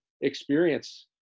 experience